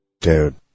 Dude